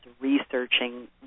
researching